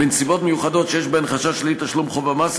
בנסיבות מיוחדות שיש בהן חשש לאי-תשלום חוב המס,